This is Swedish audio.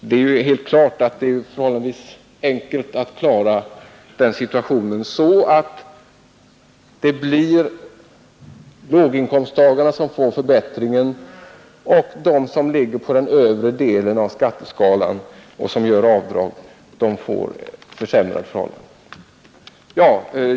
Det är ju helt klart att det är förhållandevis enkelt att klara den situationen så att det blir låginkomsttagarna som får förbättringen och de som ligger i den övre delen av skatteskalan och gör avdrag som får betala denna förbättring.